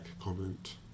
comment